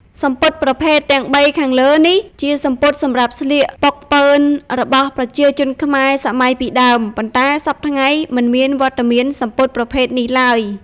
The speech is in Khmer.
សំពត់ប្រភេទទាំងបីខាងលើនេះ ជាសំពត់សម្រាប់ស្លៀកប៉ុកប៉ឺនរបស់ប្រជាជនខ្មែរសម័យពីដើម ប៉ុន្តែសព្វថ្ងៃមិនមានវត្តមានសំពត់ប្រភេទនេះឡើយ។